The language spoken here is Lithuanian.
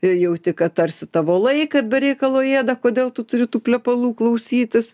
ir jauti kad tarsi tavo laiką be reikalo ėda kodėl tu turi tų plepalų klausytis